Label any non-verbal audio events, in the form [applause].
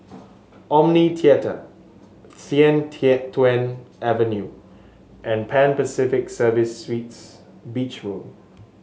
Omni Theatre Sian [unintelligible] Tuan Avenue and Pan Pacific Service Suites Beach Road